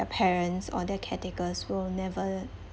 their parents or their caretakers will never